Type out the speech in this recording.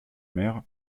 mer